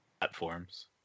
platforms